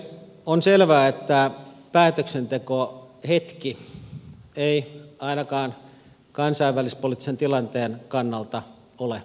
on selvää että päätöksentekohetki ei ainakaan kansainvälispoliittisen tilanteen kannalta ole otollisin